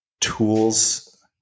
tools